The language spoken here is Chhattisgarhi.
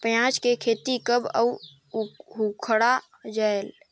पियाज के खेती कब अउ उखाड़ा जायेल?